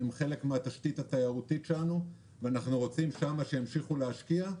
הם חלק מן התשתית התיירותית שלנו ואנחנו רוצים שימשיכו להשקיע שם.